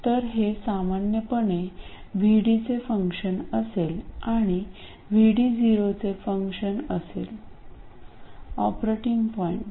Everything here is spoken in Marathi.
तर हे सामान्यपणे VDचे फंक्शन असेल आणि हे VD0 चे फंक्शन असेल ऑपरेटिंग पॉईंट